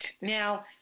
now